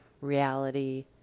reality